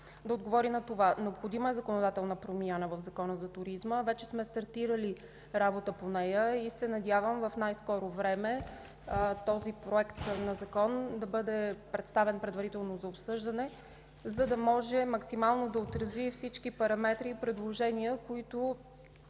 да отговори на това. Необходима е законодателна промяна в Закона за туризма. Стартирали сме вече работа по нея и се надявам в най-скоро време този законопроект да бъде представен на предварително обсъждане, за да може да отрази максимално всички параметри и предложения, които